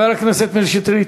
חבר הכנסת מאיר שטרית.